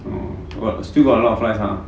oh got still got a lot of flights ah